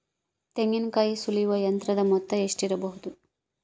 ತೆಂಗಿನಕಾಯಿ ಸುಲಿಯುವ ಯಂತ್ರದ ಮೊತ್ತ ಎಷ್ಟಿರಬಹುದು?